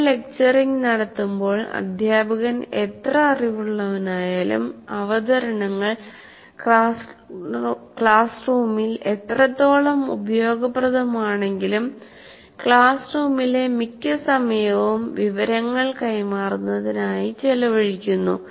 നിങ്ങൾ ലെക്ച്ചറിങ് നടത്തുമ്പോൾ അധ്യാപകൻ എത്ര അറിവുള്ളവനായാലും അവതരണങ്ങൾ ക്ലാസ് റൂമിൽ എത്രത്തോളം ഉപയോഗപ്രദമാണെങ്കിലും ക്ലാസ് റൂമിലെ മിക്ക സമയവും വിവരങ്ങൾ കൈമാറുന്നതിനായി ചെലവഴിക്കുന്നു